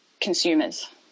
consumers